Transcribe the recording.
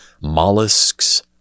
mollusks